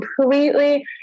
completely